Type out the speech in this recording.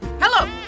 Hello